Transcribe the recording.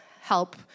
help